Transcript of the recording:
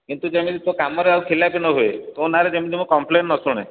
କିନ୍ତୁ ଯେମିତି ତୋ କାମରେ ଆଉ ଖିଲାପି ନ ହୁଏ ତୋ ନାଁରେ ଯେମିତି ମୁଁ କମ୍ପ୍ଲେନ୍ ନ ଶୁଣେ